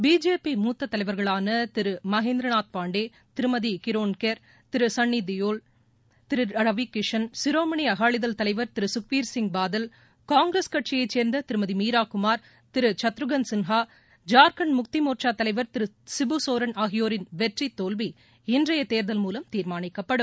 BJP மூத்த தலைவர்களான திரு மகேந்திரநாத் பாண்டே திருமதி கிரோண் கெர் திரு சன்னி தியோல் திரு ரவி கிஷண் சிரோமணி அகாலிதள் தலைவர் திரு சுக்வீர் சிங் பாதல் காங்கிரஸ் கட்சியை சேர்ந்த திருமதி மீரா சூமார் திரு சத்ருகன் சின்ஹா ஜார்கண்ட் முக்தி மோர்ச்சா தலைவர் திரு சிபு சோரன் ஆகியோரின் வெற்றி தோல்வி இன்றைய தேர்தல் மூவம் தீர்மாளிக்கப்படும்